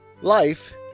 Life